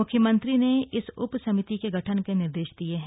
मुख्यमंत्री ने इस उप समिति के गठन के निर्देश दिये हैं